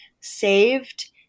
saved